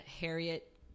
Harriet